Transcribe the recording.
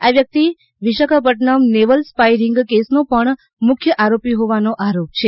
આ શખ્સ Visakhapatnam naval spy ring કેસનો પણ મુખ્ય આરોપી હોવાનો આરોપ છે